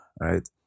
right